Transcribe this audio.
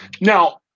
now